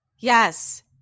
Yes